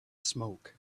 smoke